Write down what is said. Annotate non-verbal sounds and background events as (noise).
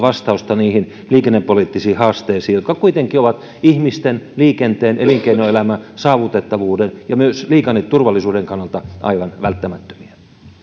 (unintelligible) vastausta niihin liikennepoliittisiin haasteisiin jotka kuitenkin ovat ihmisten liikenteen elinkeinoelämän saavutettavuuden ja myös liikenneturvallisuuden kannalta aivan välttämättömiä